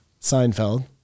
Seinfeld